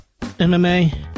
MMA